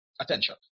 attention